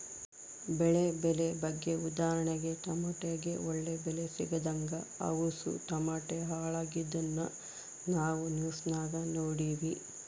ಬೆಳೆ ಬೆಲೆ ಬಗ್ಗೆ ಉದಾಹರಣೆಗೆ ಟಮಟೆಗೆ ಒಳ್ಳೆ ಬೆಲೆ ಸಿಗದಂಗ ಅವುಸು ಟಮಟೆ ಹಾಳಾಗಿದ್ನ ನಾವು ನ್ಯೂಸ್ನಾಗ ನೋಡಿವಿ